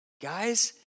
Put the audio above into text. Guys